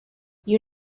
you